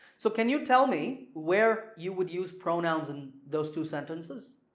so can you tell me where you would use pronouns in those two sentences?